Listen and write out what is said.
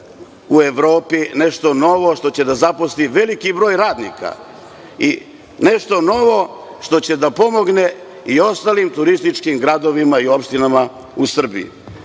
u Evropi. Nešto novo što će da zaposli veliki broj radnika i nešto novo što će da pomogne i ostalim turističkim gradovima i opštinama u Srbiji.